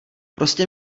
prostě